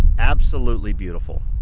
absolutely beautiful.